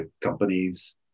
companies